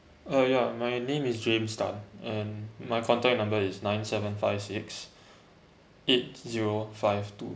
uh ya my name is james tan and my contact number is nine seven five six eight zero five two